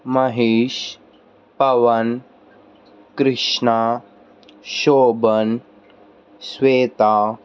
Mahesh Pavan Krishna Shobhan Shweta